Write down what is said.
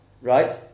Right